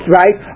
right